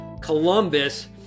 Columbus